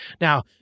Now